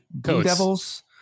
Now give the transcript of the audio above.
Devils